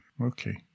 okay